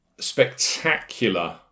spectacular